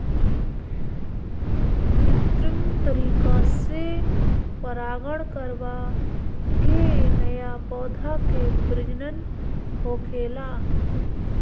कित्रिम तरीका से परागण करवा के नया पौधा के प्रजनन होखेला